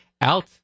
out